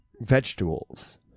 vegetables